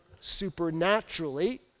supernaturally